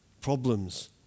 problems